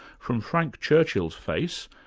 from frank churchill's face,